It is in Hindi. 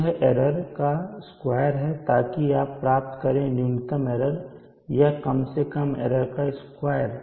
यह एरर का स्क्वायर है ताकि आप प्राप्त करें न्यूनतम एरर या कम से कम एरर का स्क्वायर